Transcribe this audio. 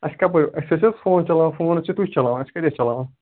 اَسہِ کَپٲرۍ اَسہِ حظ فون چَلان فون ٲسِو تُہۍ چلاوان أسۍ کتہِ ٲسۍ چلاوان